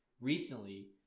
recently